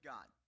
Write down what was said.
God